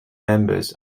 members